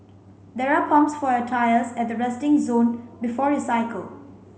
there are pumps for your tyres at the resting zone before you cycle